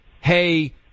hey